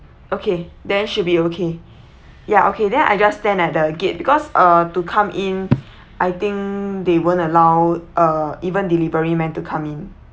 okay then should be okay ya okay then I just stand at the gate because uh to come in I think they won't allow uh even delivery men to come in